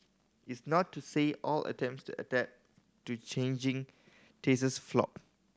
it's not to say all attempts to adapt to changing tastes flopped